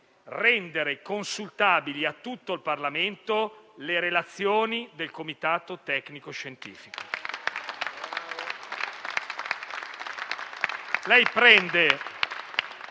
rendere consultabili a tutto il Parlamento le relazioni del comitato tecnico-scientifico.